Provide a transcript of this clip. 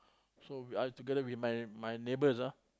so we are together with my my neighbours ah